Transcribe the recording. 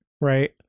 Right